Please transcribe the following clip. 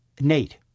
Nate